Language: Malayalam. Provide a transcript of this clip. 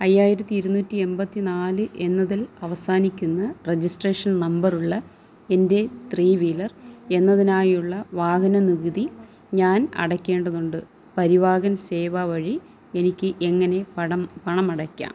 അയ്യായിരത്തി ഇരുന്നൂറ്റി എൺപത്തി നാല് എന്നതിൽ അവസാനിക്കുന്ന രെജിസ്ട്രേഷൻ നമ്പറുള്ള എൻ്റെ ത്രീ വീലർ എന്നതിനായുള്ള വാഹന നികുതി ഞാൻ അടയ്ക്കേണ്ടതുണ്ട് പരിവാഹൻ സേവ വഴി എനിക്ക് എങ്ങനെ പണം പണം അടയ്ക്കാം